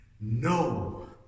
No